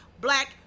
black